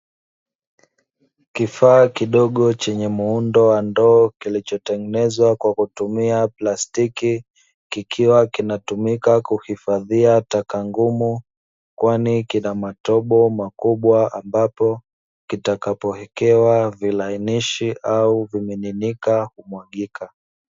Kifaa kidogo chenye muundo wa ndoo kilichotengenezwa kwa kutumia plastiki; kikiwa kinatumika kuhifadhia taka ngumu kwani kina matobo makubwa, ambapo kitakapowekewa vilainishi au vimiminika humwagika.